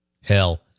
hell